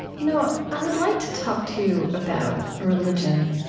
you know i'd like to talk to you about religion.